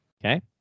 Okay